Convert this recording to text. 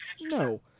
No